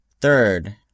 Third